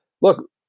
look